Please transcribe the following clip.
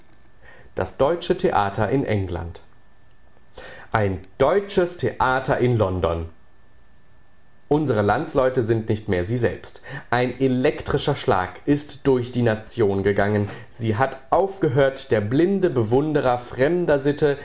das deutsche theater in england ein deutsches theater in london unsre landsleute sind nicht mehr sie selbst ein elektrischer schlag ist durch die nation gegangen sie hat aufgehört der blinde bewunderer fremder sitte